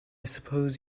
suppose